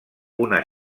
una